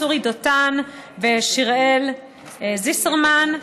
צורי דותן ושיראל זיסרמן,